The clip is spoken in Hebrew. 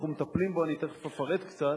אנחנו מטפלים בו, ואני תיכף אפרט קצת,